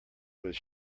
was